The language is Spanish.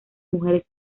mujeres